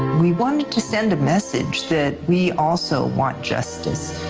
we wanted to send a message that we also want justice,